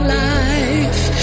life